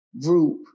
group